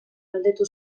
galdetu